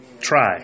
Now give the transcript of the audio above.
Try